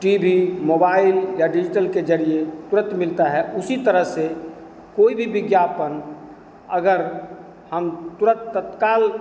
T V mobile या digital के ज़रिए तुरंत मिलता है उसी तरह से कोई भी विज्ञापन अगर हम तुरंत तत्काल